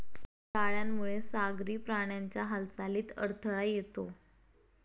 जाळ्यामुळे सागरी प्राण्यांच्या हालचालीत अडथळा येतो